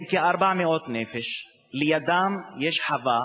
הם כ-400 נפש, ולידם יש חווה